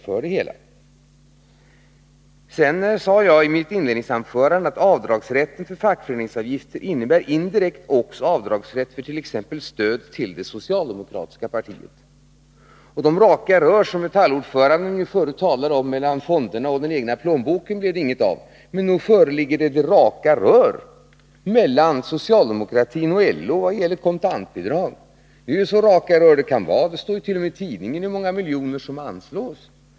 Jag sade i mitt inledningsanförande att avdragsrätten för fackföreningsavgifter indirekt innebär avdragsrätt också för t.ex. stöd till det socialdemokratiska partiet. De raka rör som Metallordföranden förut talade om mellan fonderna och den egna plånboken blir det ingenting av. Men nog föreligger det raka rör mellan socialdemokratin och LO när det gäller kontantbidrag! Då är rören så raka de kan vara. Det står t.o.m. i tidningen hur många miljoner som anslås.